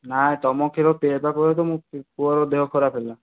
ନାହିଁ ତମ କ୍ଷୀର ପିଆଇବା ପରଠୁ ମୋ ପୁଅର ଦେହ ଖରାପ ହେଲା